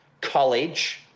college